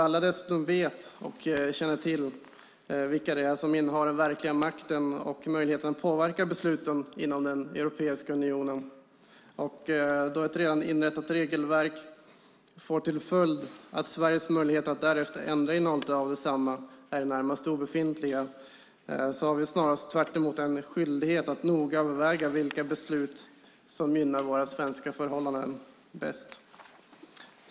Eftersom vi alla känner till vilka det är som innehar den verkliga makten och möjligheten att påverka besluten inom Europeiska unionen, och eftersom ett redan inrättat regelverk får till följd att Sveriges möjligheter att därefter ändra innehållet i detsamma är i det närmaste obefintliga, har vi tvärtemot snarast en skyldighet att noga överväga vilka beslut som gynnar våra svenska förhållanden bäst.